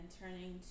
turning